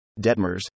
Detmers